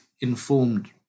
informed